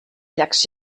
llacs